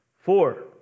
Four